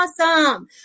Awesome